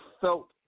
felt